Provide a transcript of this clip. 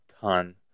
ton